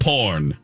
Porn